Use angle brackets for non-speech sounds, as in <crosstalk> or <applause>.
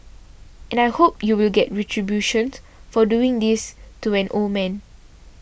and I hope you will get retribution <unintelligible> for doing this to an old man